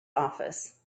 office